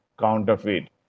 counterfeit